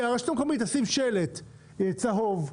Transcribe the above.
שהרשות המקומית תשים שלט צהוב אזהרה.